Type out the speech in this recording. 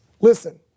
Listen